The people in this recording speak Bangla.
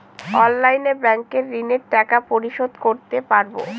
অনলাইনে ব্যাংকের ঋণের টাকা পরিশোধ করতে পারবো?